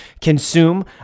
consume